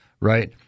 right